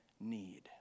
need